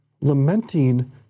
lamenting